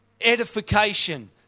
edification